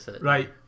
Right